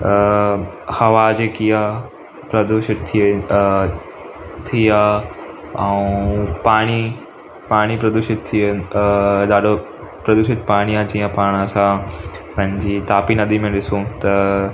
हवा जेकी आहे प्रदूषित थी वेयूं त थी आहे ऐं पाणी पाणी प्रदूषित थी वेयूं ॾाढो प्रदूषित पाणी आहे जीअं पाणि सां पंहिंजी तापी नदी में ॾिसूं त